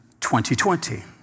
2020